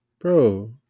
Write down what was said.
Bro